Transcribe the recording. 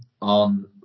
on